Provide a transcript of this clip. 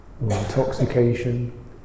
intoxication